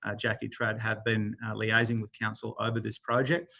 ah jackie trad, have been liaising with council over this project.